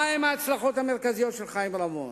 מהן ההצלחות המרכזיות של חיים רמון,